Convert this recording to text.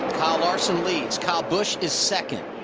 kyle larson leads, kyle busch is second,